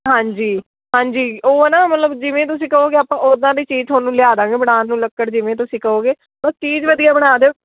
ਹਾਂਜੀ ਹਾਂਜੀ ਉਹ ਆ ਨਾ ਮਤਲਬ ਜਿਵੇਂ ਤੁਸੀਂ ਕਹੋਗੇ ਆਪਾਂ ਉੱਦਾਂ ਦੀ ਚੀਜ਼ ਤੁਹਾਨੂੰ ਲਿਆ ਦਾਂਗੇ ਬਣਾਉਣ ਨੂੰ ਲੱਕੜ ਜਿਵੇਂ ਤੁਸੀਂ ਕਹੋਗੇ ਬਸ ਚੀਜ਼ ਵਧੀਆ ਬਣਾ ਦਿਓ